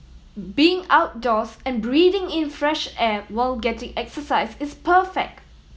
being outdoors and breathing in fresh air while getting exercise is perfect